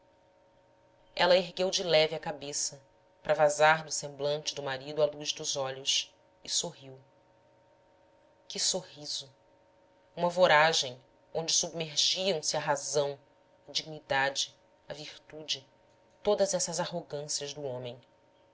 ela ergueu de leve a cabeça para vazar no semblante do marido a luz dos olhos e sorriu que sorriso uma voragem onde submergiam se a razão a dignidade a virtude todas essas arrogâncias do homem